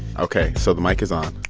ok, so the mic is on.